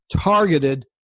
targeted